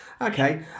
Okay